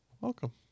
Welcome